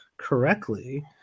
correctly